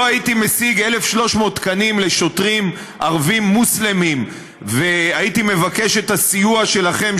לא הייתי משיג 1,300 תקנים לשוטרים ערבים מוסלמים ומבקש את הסיוע שלכם,